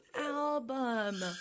album